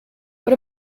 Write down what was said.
what